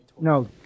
No